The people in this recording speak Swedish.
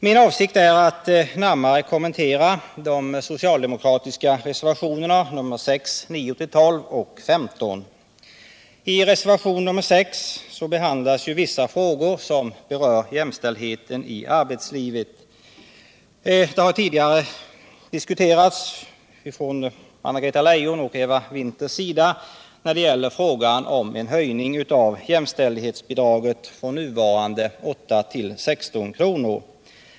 Min avsikt är att närmare kommentera de socialdemokratiska reservationerna nr 6, 9-12 och 15. I reservationen 6 behandlas vissa frågor som berör jämställdheten i arbetslivet. Både Anna-Greta Leijon och Eva Winther har berört frågan om en höjning av jämställdhetsbidraget från nuvarande 8 till 16 kr.